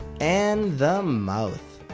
and the mouth.